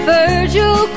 Virgil